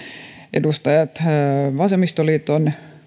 edustajat vasemmistoliitto